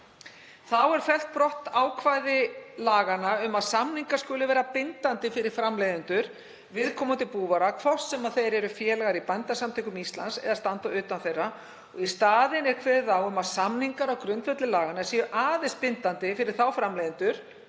Þá er fellt brott ákvæði laganna um að samningar skuli vera bindandi fyrir framleiðendur viðkomandi búvara hvort sem þeir eru félagar í Bændasamtökum Íslands eða standa utan þeirra og í staðinn kveðið á um að samningar á grundvelli laganna séu aðeins bindandi fyrir þá framleiðendur,